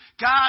God